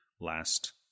last